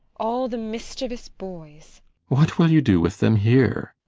all the mischievous boys what will you do with them here?